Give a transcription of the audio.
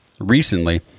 recently